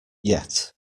yet